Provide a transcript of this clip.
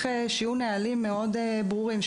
צריך שיהיו נהלים מאוד ברורים,